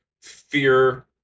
fear